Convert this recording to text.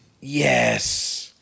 Yes